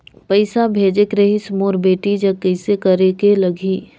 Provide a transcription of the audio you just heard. पइसा भेजेक रहिस मोर बेटी जग कइसे करेके लगही?